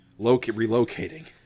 relocating